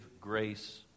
grace